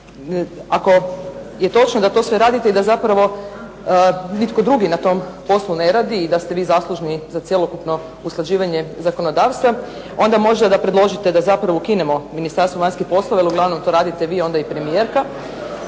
ako je točno da to sve radite i da zapravo nitko drugi na tom poslu ne radi i da ste vi zaslužni za cjelokupno usklađivanje zakonodavstva, onda možda da predložite da zapravo ukinemo Ministarstvo vanjskih poslova jer uglavnom to radite vi i premijerka,